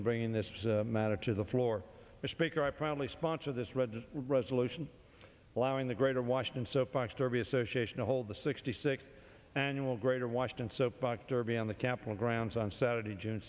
in bringing this matter to the floor a speaker i proudly sponsor this read the resolution allowing the greater washington soap box derby association to hold the sixty sixth annual greater washington soap box derby on the capitol grounds on saturday june